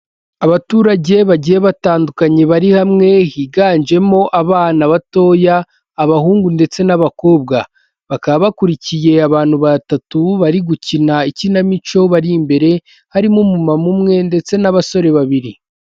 Abaturage bagiye batandukanye bari hamwe, higanjemo abana batoya, abahungu ndetse n'abakobwa. Bakaba bakurikiye abantu batatu bari gukina ikinamico bari imbere, harimo umumama umwe ndetse n'abasore babiri.